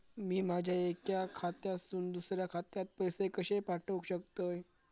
मी माझ्या एक्या खात्यासून दुसऱ्या खात्यात पैसे कशे पाठउक शकतय?